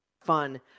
fun